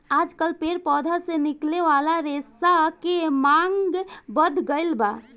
आजकल पेड़ पौधा से निकले वाला रेशा के मांग बढ़ गईल बा